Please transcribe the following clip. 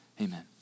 Amen